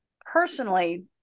personally